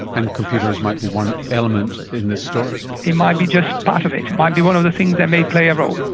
and computers might be one element in this story. it might be just part of it, it might be one of the things that may play a role.